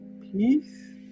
peace